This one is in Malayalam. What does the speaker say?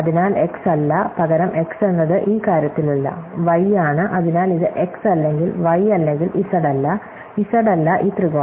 അതിനാൽ x അല്ല പകരം x എന്നത് ഈ കാര്യത്തിലല്ല y ആണ് അതിനാൽ ഇത് x അല്ലെങ്കിൽ y അല്ലെങ്കിൽ z അല്ല z അല്ല ഈ ത്രികോണം